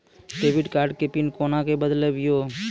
Debit card के pin कोना के बदलबै यो?